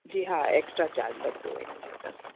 जी हा extra charge लॻंदो इन्हीअ जो त